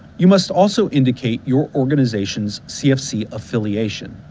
you must also indicate your organization's cfc affiliation,